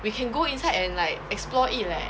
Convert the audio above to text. we can go inside and like explore it leh